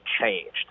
changed